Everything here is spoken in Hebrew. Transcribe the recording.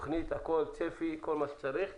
צפי, כל מה שצריך.